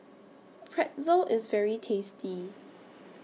Pretzel IS very tasty